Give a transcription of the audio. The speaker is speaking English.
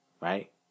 right